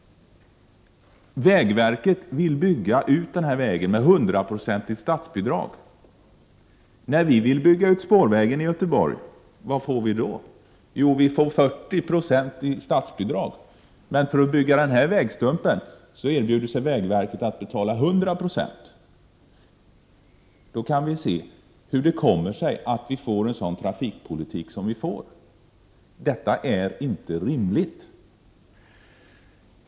Vägverket vill bygga ut vägen med hundraprocentigt statsbidrag. När man vill bygga ut spårvägen i Göteborg, vad får man då? Jo, 40 9 i statsbidrag. För att bygga denna vägstump erbjuder sig vägverket att betala 100 70. Då förstår vi hur det kommer sig att trafikpolitiken är som den är. Detta är inte riktigt.